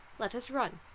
let us run.